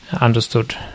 understood